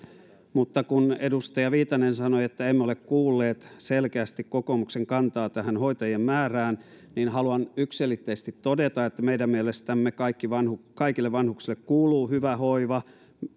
mutta kun edustaja viitanen sanoi että he eivät ole kuulleet selkeästi kokoomuksen kantaa tähän hoitajien määrään niin haluan yksiselitteisesti todeta että meidän mielestämme kaikille vanhuksille kuuluu hyvä hoiva